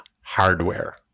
hardware